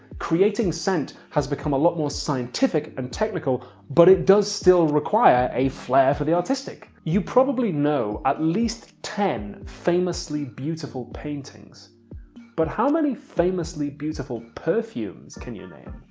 creating scent has become a lot more scientific and technical but it does still require a flair for the artistic! you probably know at least ten famously beautiful paintings but how many famously beautiful perfumes can you name?